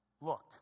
looked